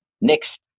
next